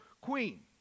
queen